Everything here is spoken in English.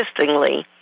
Interestingly